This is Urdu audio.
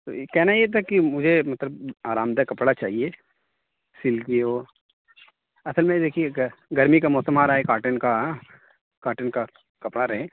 تو یہ کہنا یہ تھا کہ مجھے مطلب آرام دہ کپڑا چاہیے سلکی ہو اصل میں دیکھیے گرمی کا موسم آ رہا ہے کاٹن کا کاٹن کا کپڑا رہے